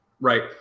right